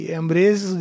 embrace